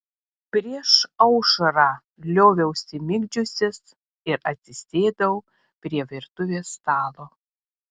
prieš aušrą lioviausi migdžiusis ir atsisėdau prie virtuvės stalo